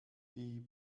die